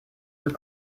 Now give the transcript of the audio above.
were